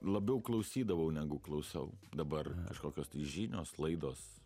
labiau klausydavau negu klausau dabar kažkokios tai žinios laidos